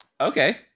Okay